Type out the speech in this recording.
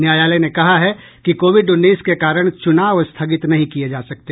न्यायालय ने कहा है कि कोविड उन्नीस के कारण चूनाव स्थगित नहीं किए जा सकते